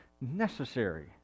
necessary